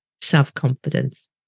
self-confidence